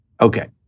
Okay